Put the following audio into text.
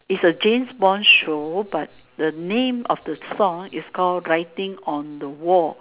is a James Bond show but the name of the song is called writing on the wall